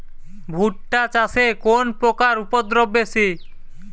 ভুট্টা চাষে কোন পোকার উপদ্রব বেশি?